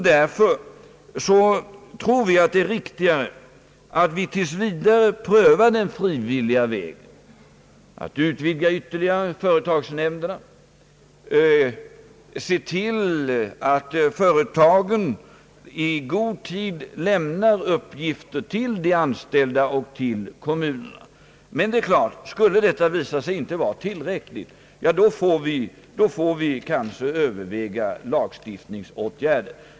Därför tror vi att det är riktigare att tills vidare pröva den frivilliga vägen, att utvidga företagsnämnderna ytterligare, se till att företagen i god tid lämnar uppgifter till de anställda och till kommunerna. Om detta skulle visa sig inte vara tillräckligt, får vi kanske överväga lagstiftningsåtgärder.